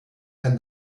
and